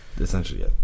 essentially